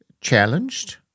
challenged